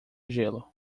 gelo